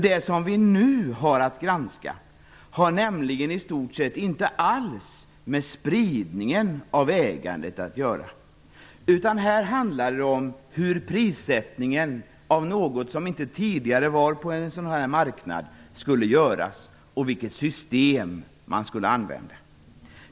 Det som vi nu har att granska har nämligen i stort sett inte alls med spridningen av ägandet att göra. Här handlar det om hur prissättningen av något som inte tidigare fanns på marknaden skulle göras och vilket system man skulle använda.